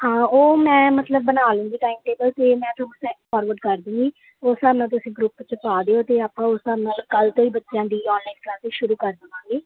ਹਾਂ ਉਹ ਮੈਂ ਮਤਲਬ ਬਣਾ ਲੂਗੀ ਟਾਈਮ ਟੇਬਲ ਅਤੇ ਮੈਂ ਫਾਰਵਰਡ ਕਰ ਦੂਗੀ ਉਸ ਹਿਸਾਬ ਨਾਲ ਤੁਸੀਂ ਗਰੁੱਪ 'ਚ ਪਾ ਦਿਉ ਅਤੇ ਆਪਾਂ ਉਸ ਹਿਸਾਬ ਨਾਲ ਕੱਲ੍ਹ ਤੋਂ ਹੀ ਬੱਚਿਆਂ ਦੀ ਔਨਲਾਈਨ ਕਲਾਸਿਸ ਸ਼ੁਰੂ ਕਰ ਦੇਵਾਂਗੇ